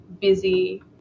busy